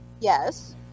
Yes